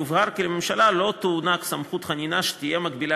יובהר כי לממשלה לא תוענק סמכות חנינה שתהיה מקבילה